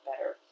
better